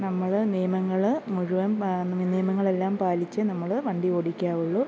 നമ്മൾ നിയമങ്ങൾ മുഴുവൻ നിയമങ്ങളെല്ലാം പാലിച്ച് നമ്മൾ വണ്ടിയോടിക്കാവുള്ളു